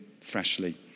freshly